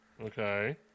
Okay